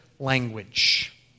language